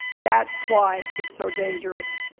that's why it's so dangerous.